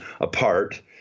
apart